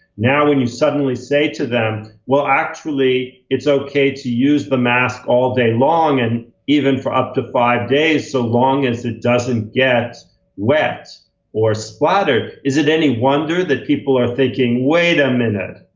now when you suddenly say to them, well, actually it's okay to use the mask all day long, and even for up to five days so long as it doesn't get wet or splattered. is it any wonder that people are thinking, wait a minute,